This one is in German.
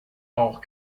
auch